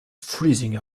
freezing